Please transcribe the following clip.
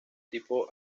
tipo